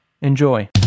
Enjoy